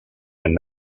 and